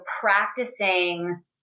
practicing